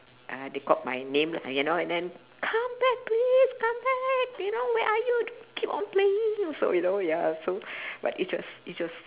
uh they called my name uh you know and then come back please come back you now where are you don't keep on playing so you know ya so but it was it was